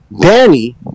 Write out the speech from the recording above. Danny